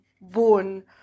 born